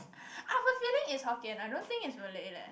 I've a feeling it's Hokkien I don't think its Malay leh